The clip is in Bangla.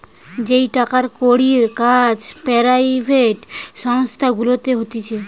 যেই টাকার কড়ির কাজ পেরাইভেট সংস্থা গুলাতে হতিছে